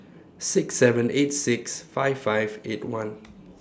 six seven eight six five five eight one